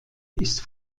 ist